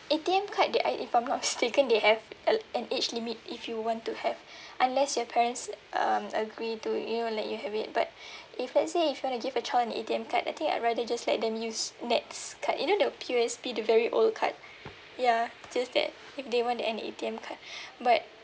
A_T_M card they I if I'm not mistaken they have al~ an age limit if you want to have unless your parents um agree to you know let you have it but if let's say if you want to give a try an A_T_M card I think I'd rather just let them use NETS card you know the P_O_S_B the very old card ya just that if they want an A_T_M card but